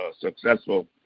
successful